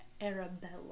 Arabella